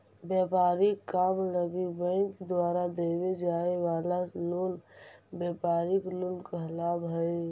व्यापारिक काम लगी बैंक द्वारा देवे जाए वाला लोन व्यापारिक लोन कहलावऽ हइ